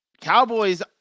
Cowboys